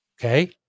Okay